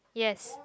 yes